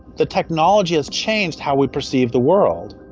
the technology has changed how we perceive the world.